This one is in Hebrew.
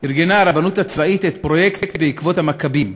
ארגנה הרבנות הצבאית את פרויקט "בעקבות המכבים".